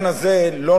לא נותר לי,